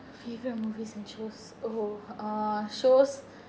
favourite movies and shows oh uh shows